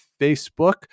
facebook